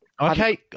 okay